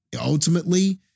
Ultimately